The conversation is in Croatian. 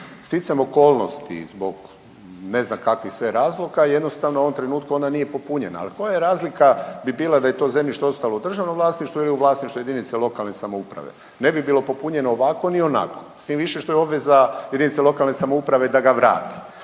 Sticajem okolnosti zbog ne znam kakvih sve razloga jednostavno u ovom trenutku ona nije popunjena, ali koja razlika bi bila da je to zemljište ostalo u državnom vlasništvu ili u vlasništvu jedinice lokalne samouprave. Ne bi bilo popunjeno ovako ni onako, s tim više što je obveza jedinice lokalne samouprave da ga vrati.